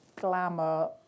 glamour